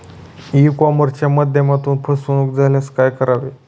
E कॉमर्सच्या माध्यमातून फसवणूक झाल्यास काय करावे?